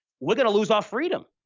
we're going to lose our freedom,